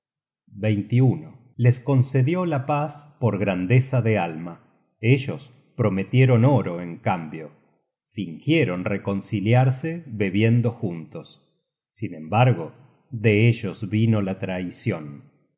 hermano les concedió la paz por grandeza de alma ellos prometieron oro en cambio fingieron reconciliarse bebiendo juntos sin embargo de ellos vino la traicion